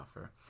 offer